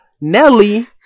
Nelly